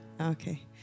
okay